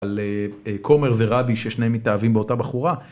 על כומר ורבי ששניהם מתאהבים באותה בחורה